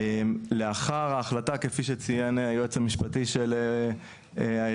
לאחר ההחלטה כפי שציין היועץ המשפטי של העירייה,